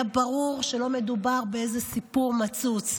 היה ברור שלא מדובר באיזה סיפור מצוץ.